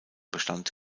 bestand